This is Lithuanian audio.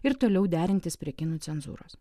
ir toliau derintis prie kinų cenzūros